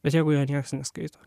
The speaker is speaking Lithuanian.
bet jeigu jo niekas neskaito